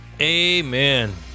Amen